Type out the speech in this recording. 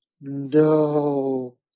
no